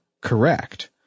correct